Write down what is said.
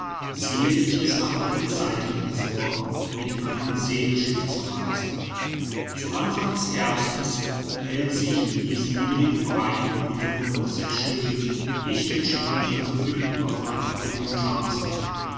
ziehe ich es nach allen seiten hin vor mit einem segelschiff zu reisen zu anfang des herbstes hält sich in diesen niedrigen breiten die witterung noch sehr schön ich entschied mich also für die ueberfahrt auf dem